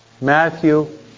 Matthew